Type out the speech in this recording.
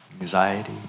Anxiety